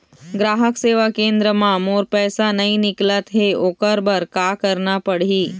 ग्राहक सेवा केंद्र म मोर पैसा नई निकलत हे, ओकर बर का करना पढ़हि?